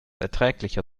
erträglicher